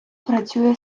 працює